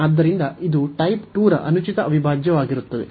ಆದ್ದರಿಂದ ಇದು ಟೈಪ್ 2 ರ ಅನುಚಿತ ಅವಿಭಾಜ್ಯವಾಗಿರುತ್ತದೆ